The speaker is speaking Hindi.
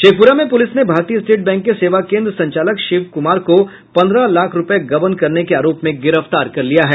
शेखपुरा में पुलिस ने भारतीय स्टेट बैंक के सेवा केंद्र संचालक शिव कुमार को पन्द्रह लाख रूपये गबन करने के आरोप में गिरफ्तार किया है